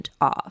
off